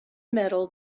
metal